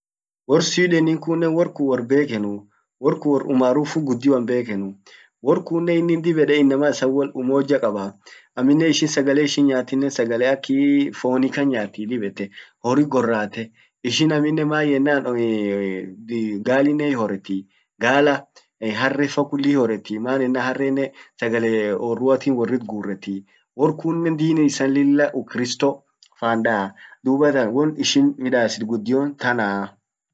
wor swedenin kunnen wor kun wor bekenuu. Wor kun wor umaarufu guddion bekenu. Wor kunnen innin dib ede inama isan umoja kaba. Amminen ishin sagale ishin nyaatinnen sagale ak woni kan nyyati dub ete. Horri gorate. Ishin amminen maan yennan gaalinnen hiorettii. galla, harrefa kulli hioretti, maan ennan harrenen sagale orruatin worrit gurretii. wor kunnen dini isan lilla ukiristo faan da. dubattan won ishin midassit guddion tana.